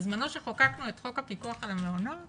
בזמנו, כשחוקקנו את חוק הפיקוח על המעונות